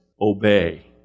Obey